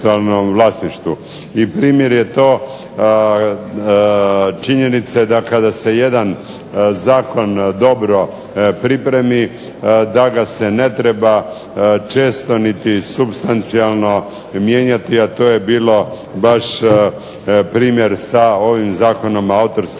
i primjer je to činjenice da kada se jedan zakon dobro pripremi da ga se ne treba često niti supstancijalno mijenjati, a to je bio baš primjer sa ovim Zakonom o autorskim